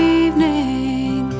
evening